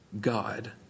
God